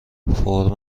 فرم